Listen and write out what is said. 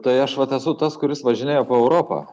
tai aš vat esu tas kuris važinėja po europą